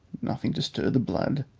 nothing to stir the blood,